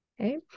okay